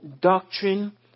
doctrine